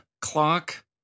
clock